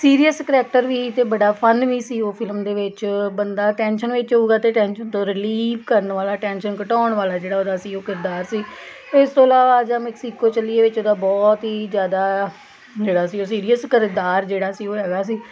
serious character ਵੀ ਅਤੇ ਬੜਾ ਫਨ ਵੀ ਸੀ ਉਹ ਫਿਲਮ ਦੇ ਵਿੱਚ ਬੰਦਾ ਟੈਨਸ਼ਨ ਵਿੱਚ ਹੋਊਗਾ ਅਤੇ ਟੈਂਸ਼ਨ ਤੋਂ ਰਿਲੀਵ ਕਰਨ ਵਾਲਾ ਟੈਨਸ਼ਨ ਘਟਾਉਣ ਵਾਲਾ ਜਿਹੜਾ ਉਹਦਾ ਸੀ ਉਹ ਕਿਰਦਾਰ ਸੀ ਇਸ ਤੋਂ ਇਲਾਵਾ ਆ ਜਾ ਮੈਕਸੀਕੋ ਚੱਲੀਏ ਵਿੱਚ ਉਹਦਾ ਬਹੁਤ ਹੀ ਜ਼ਿਆਦਾ ਜਿਹੜਾ ਸੀ ਉਹ ਸੀਰੀਅਸ ਕਿਰਦਾਰ ਜਿਹੜਾ ਸੀ ਉਹ ਹੈਗਾ ਸੀ